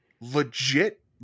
legit